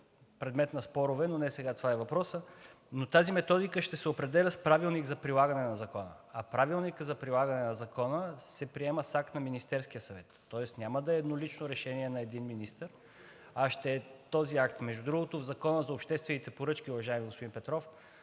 предмет на спорове, но сега не е това въпросът, но тази методика ще се определя с Правилник за прилагане на закона. А Правилникът за прилагане на закона се приема с акт на Министерския съвет, тоест няма да е еднолично решение на един министър, а ще е този акт. Между другото, в Закона за обществените поръчки, уважаеми господин Петров,